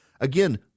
Again